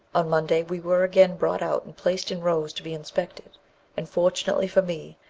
on monday we were again brought out and placed in rows to be inspected and, fortunately for me,